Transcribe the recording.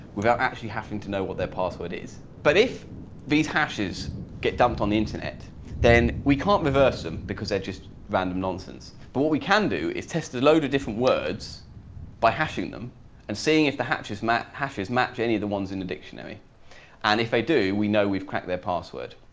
without actually having to know what their password is. but if these hashes get dumped on the internet then we can't reverse them because they're just random nonsense but we can do is test the load of different words by hashing them and seeing if the hatches matc hashes match any of the ones in the dictionary and if they do we know we've cracked their password